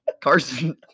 Carson